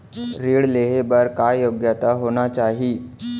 ऋण लेहे बर का योग्यता होना चाही?